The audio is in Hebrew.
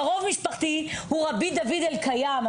קרוב משפחתי הוא רבי דוד אלקיים.